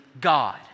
God